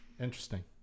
Interesting